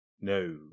No